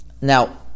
Now